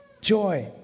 Joy